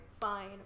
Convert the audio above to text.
fine